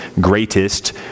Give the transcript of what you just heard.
greatest